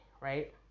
right